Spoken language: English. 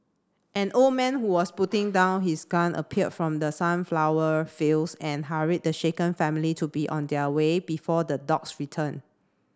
an old man who was putting down his gun appeared from the sunflower fields and hurried the shaken family to be on their way before the dogs return